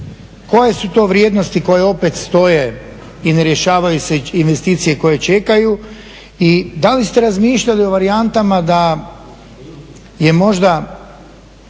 koje su to vrijednosti koje opet stoje i ne rješavaju se investicije koje čekaju i da li ste razmišljali o varijantama da je možda